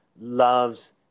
loves